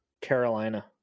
Carolina